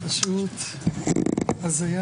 זה פשוט הזיה.